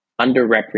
underrepresented